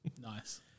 Nice